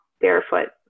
barefoot